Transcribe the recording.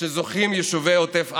שלהן זוכים יישובי עוטף עזה.